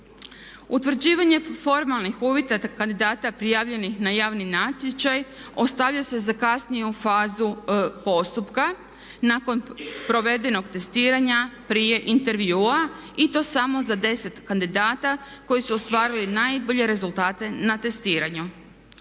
Utvrđivanje formalnih uvjeta kandidata prijavljenih na javni natječaj ostavlja se za kasnije u fazu postupka nakon provedenog testiranja prije intervjua i to samo za 10 kandidata koji su ostvarili najbolje rezultate na testiranju.